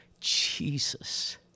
Jesus